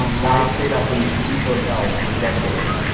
guys stayed up in these cheap hotels for decades.